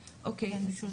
בלום.